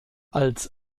als